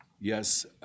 Yes